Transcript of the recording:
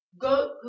Go